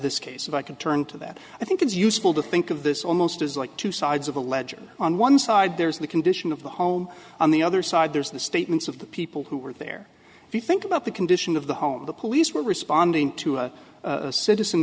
this case if i could turn to that i think it's useful to think of this almost as like two sides of the ledger on one side there's the condition of the home on the other side there's the statements of the people who were there if you think about the condition of the home the police were responding to a citizen